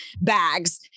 bags